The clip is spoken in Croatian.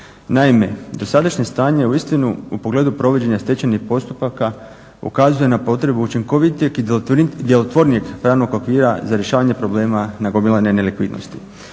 Naime, dosadašnje stanje uistinu, u pogledu provođenja stečajnih postupaka, ukazuje na potrebu učinkovitijeg i djelotvornijeg pravnog okvira za rješavanje problema nagomilane nelikvidnosti.